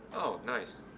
oh nice.